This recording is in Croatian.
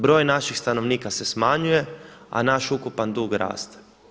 Broj naših stanovnika se smanjuje, a naš ukupan dug raste.